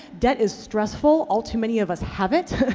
debt is stressful. all too many of us have it.